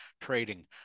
trading